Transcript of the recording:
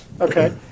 Okay